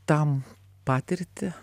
tam patirtį